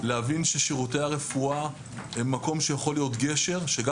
להבין ששירותי הרפואה הם מקום שיכול להיות גשר שגם